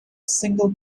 single